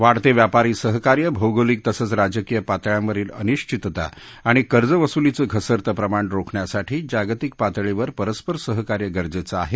वाढते व्यापारी सहकार्य भौगोलिक तसंच राजकीय पातळ्यांवरील अनिश्चितता आणि कर्जवसूलीच घसरतं प्रमाण रोखण्यासाठी जागतिक पातळीवर परस्पर सहकार्य गरजेचं आहे